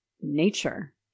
nature